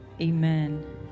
Amen